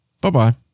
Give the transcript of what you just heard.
bye-bye